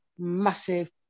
Massive